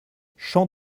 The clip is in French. champs